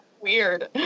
Weird